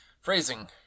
Phrasing